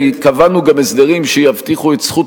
וקבענו גם הסדרים שיבטיחו את זכות